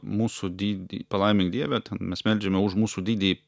mūsų didį palaimink dieve ten mes meldžiame už mūsų didį